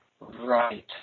Right